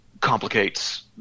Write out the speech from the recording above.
complicates